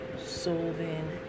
solving